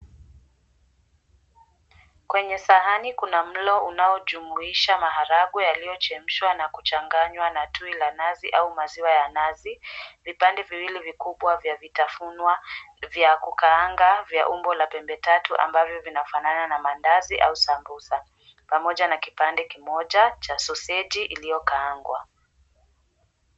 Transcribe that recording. Kwenye sahani kuna mlo unaojumuisha maharagwe yaliyochemshwa na kuchanganywa na tui la nazi au maziwa ya nazi. Vipande viwili vikubwa vya vitafunwa vya kukaanga vya umbo la pembe tatu ambavyo vinafanana na maandazi au sambusa pamoja na kipande kimoja cha soseji iliyokaangwa.